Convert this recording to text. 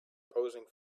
posing